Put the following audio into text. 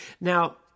Now